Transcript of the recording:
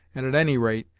and, at any rate,